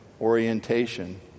orientation